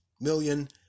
million